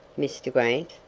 mr. grant?